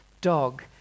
dog